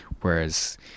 whereas